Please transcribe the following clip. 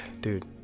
dude